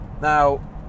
now